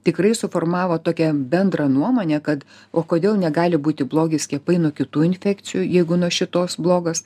tikrai suformavo tokią bendrą nuomonę kad o kodėl negali būti blogi skiepai nuo kitų infekcijų jeigu nuo šitos blogos